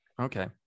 okay